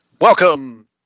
Welcome